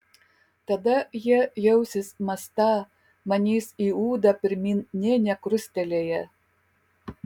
tada jie jausis mąstą manys į ūdą pirmyn nė nekrustelėję